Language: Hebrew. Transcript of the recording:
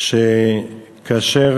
כאשר